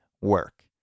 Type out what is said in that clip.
work